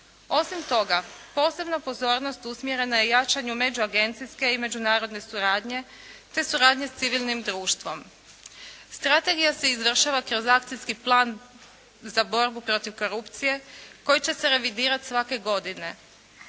Osim toga, posebna pozornost usmjerena je jačanju međuagencijske i međunarodne suradnje te suradnje s civilnim društvom. Strategija se izvršava kroz akcijski plan za borbu protiv korupcije koji će se revidirati svake godine.